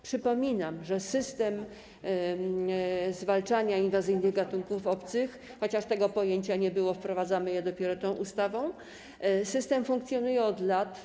Przypominam, że system zwalczania inwazyjnych gatunków obcych - chociaż tego pojęcia nie było, wprowadzamy je dopiero tą ustawą - funkcjonuje od lat.